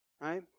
right